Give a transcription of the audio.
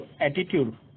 attitude